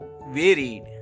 varied